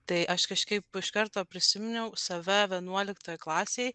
tai aš kažkaip iš karto prisiminiau save vienuoliktoj klasėj